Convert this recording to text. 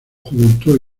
juventud